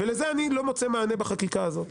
ולזה אני לא מוצא מענה בחקיקה הזאת.